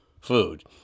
food